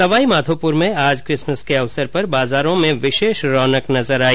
सवाईमाधोपुर में आज किसमस के अवसर पर बाजारों में विशेष रौनक नजर आई